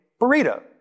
Burrito